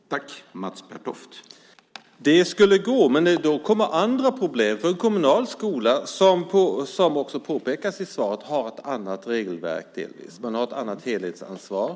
Herr talman! Det skulle man kunna göra, men då uppstår andra problem. En kommunal skola har, vilket också påpekas i svaret, delvis ett annat regelverk. Man har ett annat helhetsansvar.